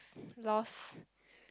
lost